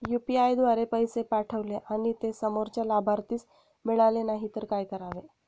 UPI द्वारे पैसे पाठवले आणि ते समोरच्या लाभार्थीस मिळाले नाही तर काय करावे?